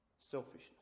Selfishness